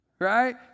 Right